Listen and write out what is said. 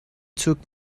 took